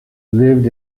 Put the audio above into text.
lived